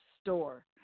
store